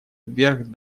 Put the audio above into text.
вверх